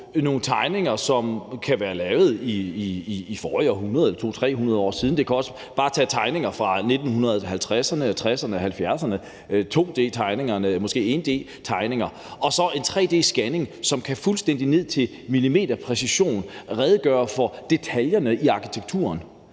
nogle tegninger, som kan være lavet i forrige århundrede eller for 200-300 år siden – det kan også bare være tegninger fra 1950'erne, 1960'erne, 1970'erne – som er to-d-tegninger, måske en-d-tegninger, og så en tre-d-scanning, som fuldstændig med millimeterpræcision kan redegøre for detaljerne i arkitekturen,